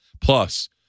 Plus